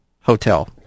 hotel